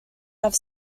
have